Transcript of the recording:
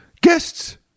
guests